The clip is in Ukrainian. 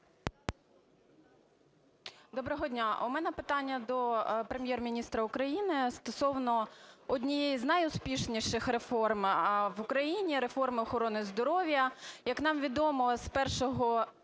Доброго дня! У мене питання до Прем'єр-міністра України стосовно однієї з найуспішніших реформ в Україні – реформи охорони здоров'я. Як нам відомо, з 1